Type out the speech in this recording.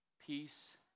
Peace